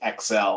xl